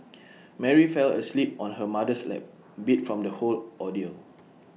Mary fell asleep on her mother's lap beat from the whole ordeal